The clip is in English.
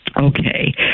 Okay